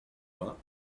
vingts